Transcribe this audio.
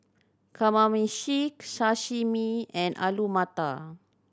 Kamameshi Sashimi and Alu Matar